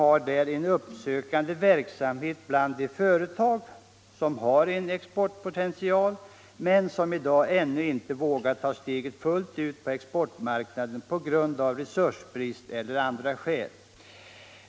bedriva en uppsökande verksamhet bland de företag som har en exportpotential men som i dag ännu inte har vågat ta steget fullt ut på exportmarknaden på grund av resursbrist eller av andra skäl.